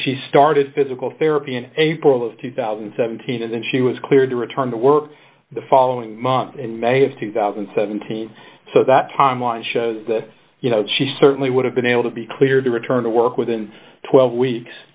she started physical therapy in april of two thousand and seventeen and then she was cleared to return to work the following month in may of two thousand and seventeen so that timeline shows that she certainly would have been able to be cleared to return to work within twelve weeks